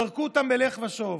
זרקו אותם בלך ושוב.